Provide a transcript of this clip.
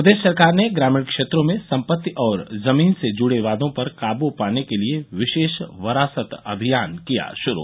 प्रदेश सरकार ने ग्रामीण क्षेत्रों में सम्पत्ति और जमीन से जुड़े वादों पर काबू पाने के लिए विशेष वरासत अभियान किया शुरू